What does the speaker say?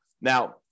Now